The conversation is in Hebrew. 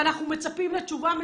אנחנו מצפים לתשובה מסוימת.